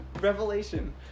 revelation